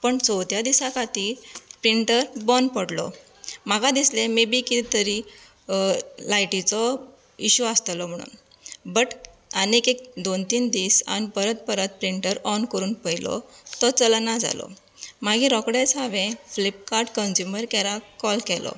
पण चवथ्या दिसांक खातीर प्रिंन्टर बंद पडलो म्हाका दिसलें मे बी कितें तरी लायटीचो इश्यू आसतलो म्हूणन बट आनीक एक दोन तीन दीस परत परत प्रिंन्टर ऑन करून पयलो तो चलना जालो मागीर रोखडेच हांवेन फ्लीपकार्ट कंन्जूमर केरांक कॉल केलो